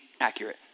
accurate